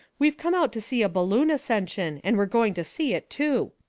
we've come out to see a balloon ascension and we're going to see it, too.